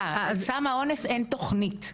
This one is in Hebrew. סם האונס אין תוכנית,